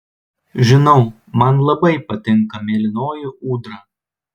žinau man labai patinka mėlynoji ūdra